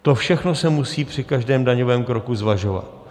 To všechno se musí při každém daňovém kroku zvažovat.